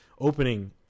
opening